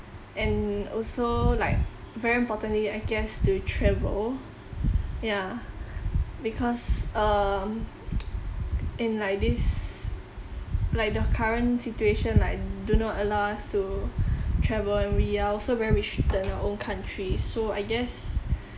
and also like very importantly I guess the travel ya because um in like this like the current situation like do no allow us to travel and we are also very restricted in our own country so I guess